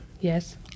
Yes